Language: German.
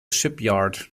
shipyard